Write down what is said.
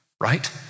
right